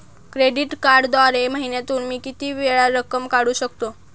Credit कार्डद्वारे महिन्यातून मी किती वेळा रक्कम काढू शकतो?